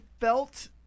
felt